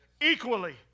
equally